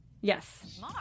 Yes